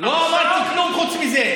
לא אמרתי כלום חוץ מזה.